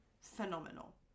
phenomenal